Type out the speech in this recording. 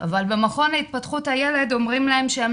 אבל במכון להתפתחות הילד אומרים להם שהם